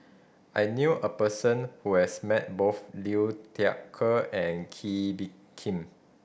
I knew a person who has met both Liu Thai Ker and Kee Bee Khim